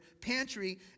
pantry